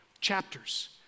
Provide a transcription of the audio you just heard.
Chapters